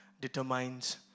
determines